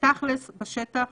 תכלס בשטח,